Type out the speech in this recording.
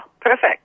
perfect